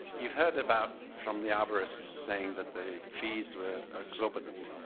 you've heard about from the arbourists saying that the fees were exorbitant.